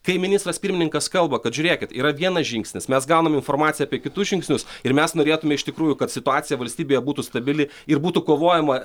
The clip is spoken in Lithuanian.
kai ministras pirmininkas kalba kad žiūrėkit yra vienas žingsnis mes gaunam informaciją apie kitus žingsnius ir mes norėtume iš tikrųjų kad situacija valstybėje būtų stabili ir būtų kovojama